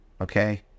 Okay